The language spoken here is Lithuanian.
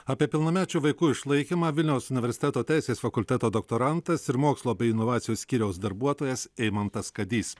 apie pilnamečių vaikų išlaikymą vilniaus universiteto teisės fakulteto doktorantas ir mokslo bei inovacijų skyriaus darbuotojas eimantas kadys